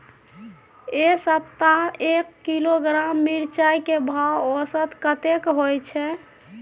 ऐ सप्ताह एक किलोग्राम मिर्चाय के भाव औसत कतेक होय छै?